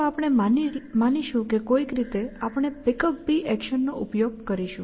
તો આપણે માનીશું કે કોઈક રીતે આપણે Pickup એક્શન નો ઉપયોગ કરીશું